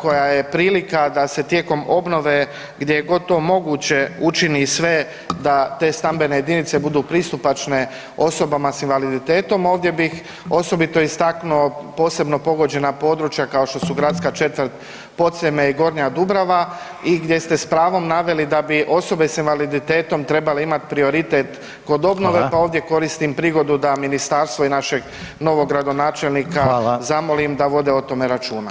koja je prilika da se tijekom obnove gdje je god to moguće učini sve da te stambene jedinice budu pristupačne osobama s invaliditetom ovdje bih osobito istaknuo posebno pogođena područja kao što su gradska četvrt Podsljeme i Gornja Dubrava i gdje ste s pravom naveli da bi osobe s invaliditetom trebale imati prioritet kod obnove [[Upadica: Hvala.]] pa ovdje koristim prigodu da ministarstvo i našeg novog gradonačelnika [[Upadica: Hvala.]] zamole da vode o tome računa.